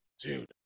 Dude